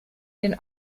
den